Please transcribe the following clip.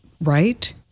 Right